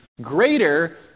greater